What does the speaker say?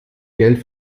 geld